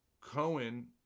Cohen